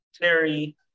Terry